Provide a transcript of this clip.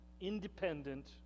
independent